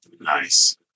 Nice